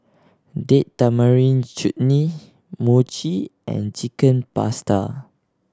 Date Tamarind Chutney Mochi and Chicken Pasta